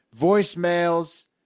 voicemails